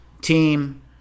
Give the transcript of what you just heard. team